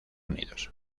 unidos